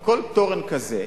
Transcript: כל תורן כזה,